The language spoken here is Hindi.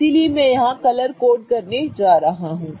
इसलिए मैं यहां कलर कोड करने जा रहा हूं